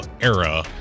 era